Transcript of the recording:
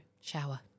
shower